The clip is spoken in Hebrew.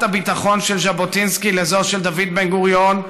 הביטחון של ז'בוטינסקי לזו של דוד בן-גוריון,